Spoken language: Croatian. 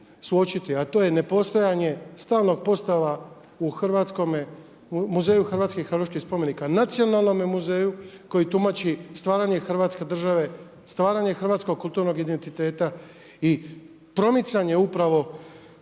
a to je ne postajanje stalnog postava u Muzeju hrvatskih arheoloških spomenika, Nacionalnome muzeju koji tumači stvaranje Hrvatske države, stvaranje hrvatskog kulturnog identiteta i promicanje upravo